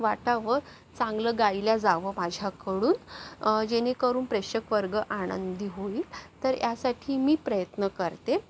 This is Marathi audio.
वाटावं चांगलं गायल्या जावं माझ्याकडून जेणेकरून प्रेक्षकवर्ग आनंदी होईल तर यासाठी मी प्रयत्न करते